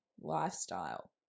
lifestyle